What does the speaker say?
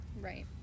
right